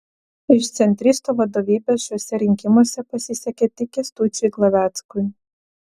iš centristų vadovybės šiuose rinkimuose pasisekė tik kęstučiui glaveckui